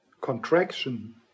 contraction